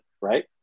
right